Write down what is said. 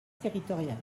territoriales